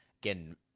Again